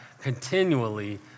continually